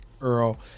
Earl